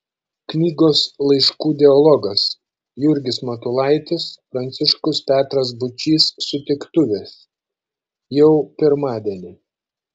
knygos laiškų dialogas jurgis matulaitis pranciškus petras būčys sutiktuvės jau pirmadienį